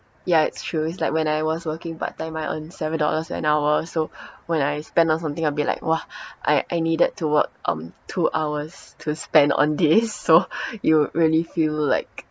ya it's true it's like when I was working part-time I earn seven dollars an hour so when I spend on something I'd be like !wah! I I needed to work um two hours to spend on this so you really feel like